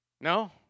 No